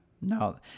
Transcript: No